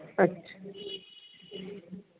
अच्छा